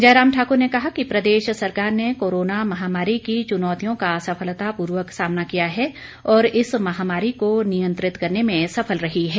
जयराम ठाकुर ने कहा कि प्रदेश सरकार ने कोरोना महामारी की चुनौतियों का सफलतापूर्वक सामना किया है और इस महामारी को नियंत्रित करने में सफल रही है